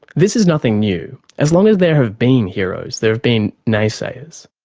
this is nothing new as long as there have been heroes, there have been naysayers.